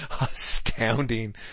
astounding